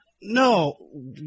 No